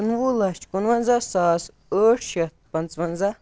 کُنوُہ لَچھ کُنوَنزاہ ساس ٲٹھ شیٚتھ پانٛژھ وَنزاہ